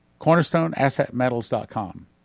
CornerstoneAssetMetals.com